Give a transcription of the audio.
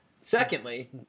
Secondly